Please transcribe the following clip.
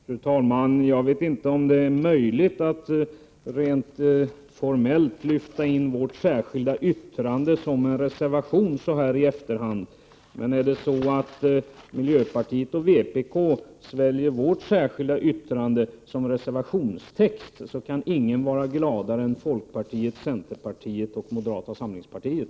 Fru talman! Jag vet inte om det är möjligt rent formellt att i efterhand lyfta in vårt särskilda yttrande som en reservation, men om miljöpartiet och vpk sväljer vårt särskilda yttrande som reservationstext, kan ingen vara gladare än folkpartiet, centerpartiet och moderata samlingspartiet.